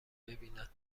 ببینن